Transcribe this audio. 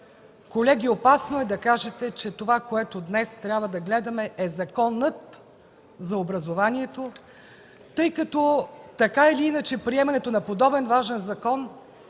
Колеги, опасно е да кажете, че това, което днес трябва да гледаме, е Законът за образованието, тъй като така или иначе приемането на подобен важен закон